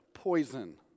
poison